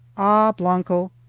ah, blanco!